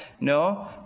No